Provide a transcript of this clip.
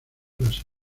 las